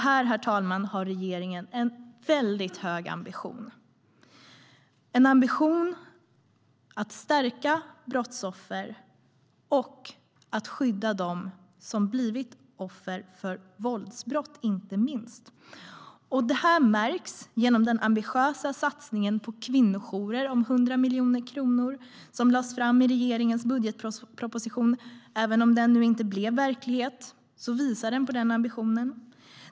Här har regeringen en väldigt hög ambition att stärka brottsoffer och inte minst att skydda dem som blivit offer för våldsbrott. Detta märks genom den ambitiösa satsningen på kvinnojourer om 100 miljoner kronor som lades fram i regeringens budgetproposition. Även om den nu inte blev verklighet visar den på den ambitionen.